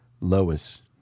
Lois